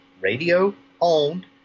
radio-owned